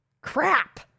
crap